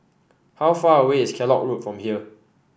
how far away is Kellock Road from here